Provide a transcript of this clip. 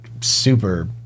super